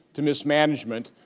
to mismanagement.